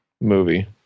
movie